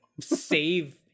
save